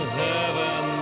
heaven